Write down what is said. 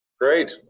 Great